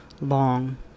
long